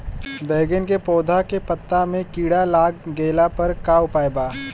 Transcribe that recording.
बैगन के पौधा के पत्ता मे कीड़ा लाग गैला पर का उपाय बा?